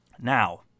Now